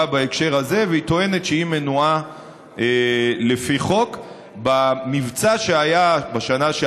אותה כתבה דיברה על מבצע שהתקיים לפני כמעט שלוש שנים,